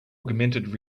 augmented